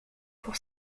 pour